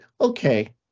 okay